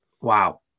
Wow